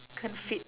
can't fit